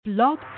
Blog